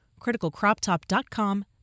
criticalcroptop.com